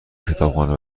کتابخانه